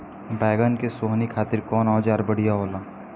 बैगन के सोहनी खातिर कौन औजार बढ़िया होला?